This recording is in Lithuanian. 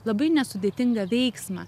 labai nesudėtingą veiksmą